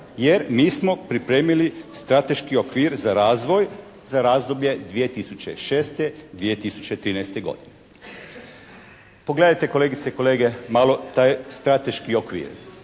jer nismo pripremili strateški okvir za razvoj za razdoblje 2006.-2013. godine. Pogledajte kolegice i kolege malo taj strateški okvir.